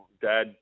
Dad